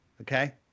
okay